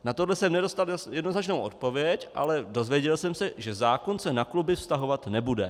Na tohle jsem nedostal jednoznačnou odpověď, ale dozvěděl jsem se, že zákon se na kluby vztahovat nebude.